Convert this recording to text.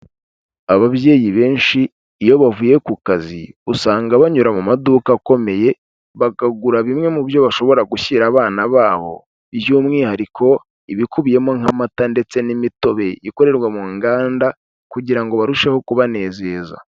Ababyeyi benshi iyo bavuye ku kazi, usanga banyura mu maduka akomeye, bakagura bimwe mu byo bashobora gushyira abana babo, by'umwihariko ibikubiyemo nk'amata ndetse n'imitobe ikorerwa mu nganda kugira ngo barusheho kubanezeza.